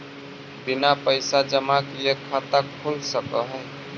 बिना पैसा जमा किए खाता खुल सक है?